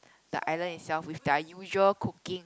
the island itself with their usual cooking